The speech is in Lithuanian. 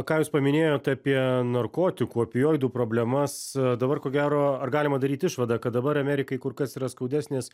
ką jūs paminėjote apie narkotikų opioidų problemas dabar ko gero ar galima daryti išvadą kad dabar amerikai kur kas yra skaudesnės